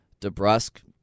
DeBrusque